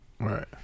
Right